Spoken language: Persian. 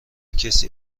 کسی